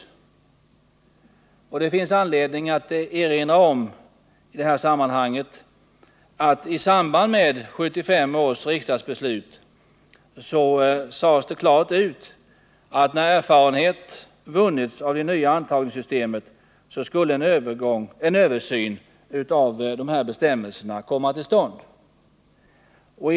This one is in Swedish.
Det finns i detta sammanhang anledning att erinra om att det i samband med 1975 års riksdagsbeslut klart uttalades att en översyn av dessa bestämmelser skulle komma till stånd sedan erfarenhet vunnits av det nya antagningssystemet.